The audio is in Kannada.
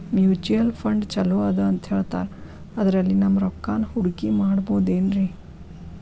ಮ್ಯೂಚುಯಲ್ ಫಂಡ್ ಛಲೋ ಅದಾ ಅಂತಾ ಹೇಳ್ತಾರ ಅದ್ರಲ್ಲಿ ನಮ್ ರೊಕ್ಕನಾ ಹೂಡಕಿ ಮಾಡಬೋದೇನ್ರಿ?